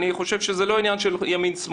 אני חושב שזה לא עניין של ימין-שמאל,